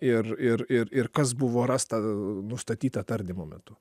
ir ir ir ir kas buvo rasta nustatyta tardymo metu